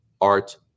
art